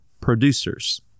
producers